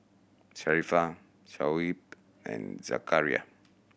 Sharifah Shoaib and Zakaria